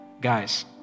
Guys